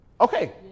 Okay